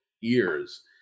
years